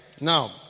Now